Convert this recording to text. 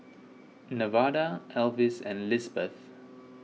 Nevada Alvis and Lisbeth